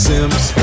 Sims